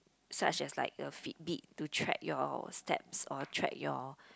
such as like a Fitbit to check your steps or check your